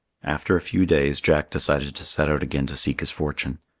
after a few days jack decided to set out again to seek his fortune.